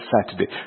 Saturday